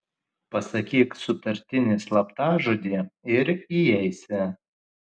pasakyk sutartinį slaptažodį ir įeisi